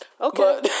Okay